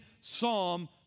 Psalm